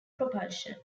propulsion